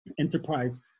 enterprise